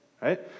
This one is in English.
Right